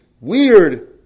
weird